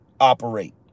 operate